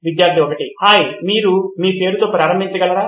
విద్యార్థి 1 హాయ్ మీరు మీ పేరుతో ప్రారంభించగలరా